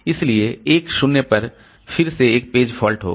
इसलिए 1 0 पर फिर से एक पेज फॉल्ट होगा